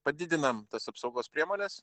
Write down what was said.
padidinam tas apsaugos priemones